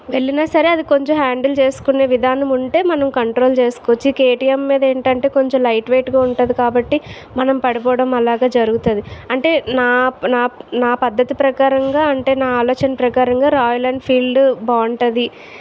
వెళ్ళిన సరే అది కొంచెం హ్యాండిల్ చేసుకునే విధానం ఉంటే మనం కంట్రోల్ చేసుకోవచ్చు ఈ కేటీఎం మీద ఏంటంటే కొంచెం లైట్ వెయిట్గా ఉంటుంది కాబట్టి మనం పడుపోవడం అలాగా జరుగుతుంది అంటే నా నా నా పద్ధతి ప్రకారంగా అంటే నా ఆలోచన ప్రకారంగా రాయల్ ఎన్ఫీల్డ్ బాగుంటుంది